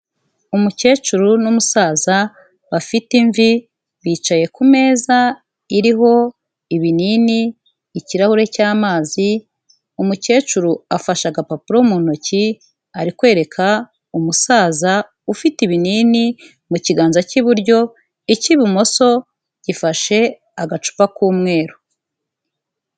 Umukecuru n'umusaza bafite imvi bicaye kumeza iriho ibinini, ikirahure cy'amazi, umukecuru afashe agapapuro mu ntoki ari kwereka umusaza ufite ibinini mu kiganza cy'iburyo, icy'ibumoso gifashe agacupa k'umweru.